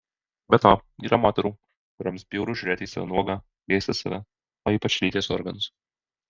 be to yra moterų kurioms bjauru žiūrėti į save nuogą liesti save o ypač lyties organus